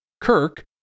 Kirk